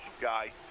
guy